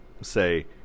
say